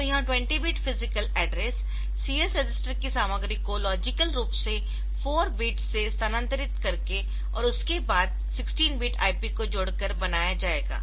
तो यह 20 bit physical address CS register की सामग्री को लॉजिकल रूप से 4 बिट्स से स्थानांतरित करके और उसके बाद 16 बिट IP को जोड़कर बनाया जाएगा